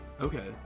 Okay